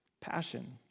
passion